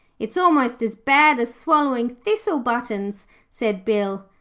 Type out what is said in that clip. it's almost as bad as swallowing thistle buttons said bill,